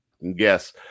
Yes